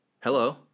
Hello